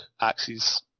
axes